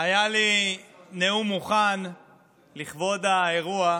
היה לי נאום מוכן לכבוד האירוע,